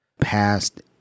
past